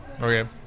Okay